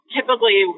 Typically